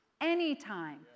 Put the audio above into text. anytime